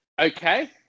okay